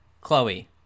Chloe